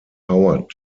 howard